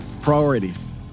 Priorities